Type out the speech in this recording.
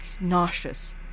nauseous